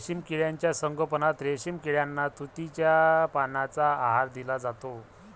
रेशीम किड्यांच्या संगोपनात रेशीम किड्यांना तुतीच्या पानांचा आहार दिला जातो